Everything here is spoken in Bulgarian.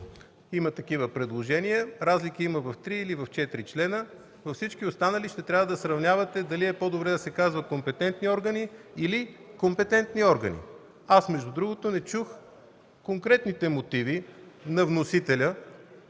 има такива предложения, разлика има в три или в четири. Във всички останали ще трябва да сравнявате дали е по-добре да се казва „компетентни органи”, или „компетентни органи”. Между другото не чух конкретните мотиви на вносителя